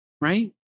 right